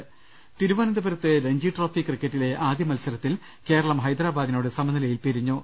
് തിരുവനന്തപുരത്ത് രഞ്ജിട്രോഫി ക്രിക്കറ്റിലെ ആദ്യ മത്സരത്തിൽ കേര ളം ഹൈദരാബാദിനോട് സമനിലയിൽ പിരിഞ്ഞു